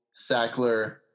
Sackler